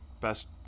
best